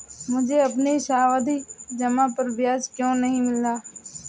मुझे अपनी सावधि जमा पर ब्याज क्यो नहीं मिला?